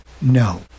No